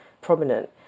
prominent